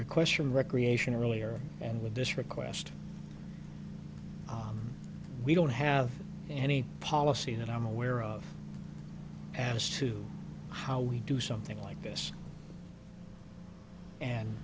requests from recreation earlier and with this request we don't have any policy that i'm aware of as to how we do something like this and